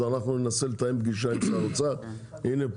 הינה,